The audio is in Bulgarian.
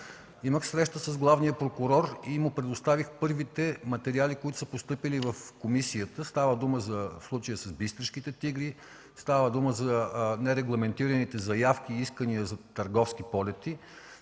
Имах среща с главния прокурор и му предоставих първите материали, постъпили в комисията. Става дума за случая с „Бистришките тигри”, за нерегламентирани заявки и искания за търговски полети,